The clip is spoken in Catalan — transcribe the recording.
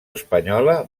espanyola